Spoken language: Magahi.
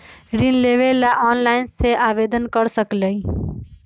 ऋण लेवे ला ऑनलाइन से आवेदन कर सकली?